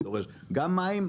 זה דורש גם מים,